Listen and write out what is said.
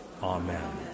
Amen